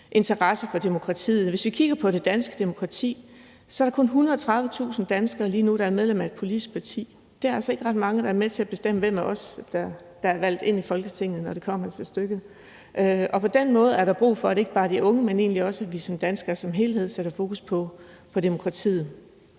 interesse for demokratiet. Hvis vi kigger på det danske demokrati, er der kun 130.000 danskere lige nu, der er medlem af et politisk parti. Det er altså ikke ret mange, der er med til at bestemme, hvem af os der, når det kommer til stykket, kan vælges ind i Folketinget. På den måde er der brug for, at det ikke bare er de unge, men at det egentlig også er danskerne som helhed, der sætter fokus på demokratiet.